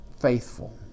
faithful